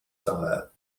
tyre